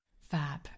Fab